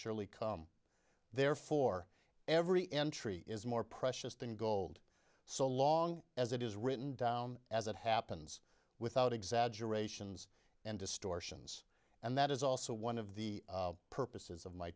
surely come therefore every entry is more precious than gold so long as it is written down as it happens without exaggerations and distortions and that is also one of the purposes of my